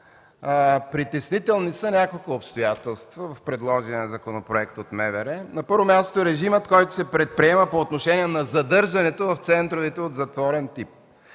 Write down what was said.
Притеснителни са няколко обстоятелства в предложения законопроект от МВР. На първо място, режимът, който се предприема по отношение на задържането в центровете от затворен тип.